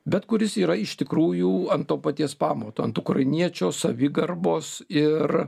bet kuris yra iš tikrųjų ant to paties pamato ant ukrainiečio savigarbos ir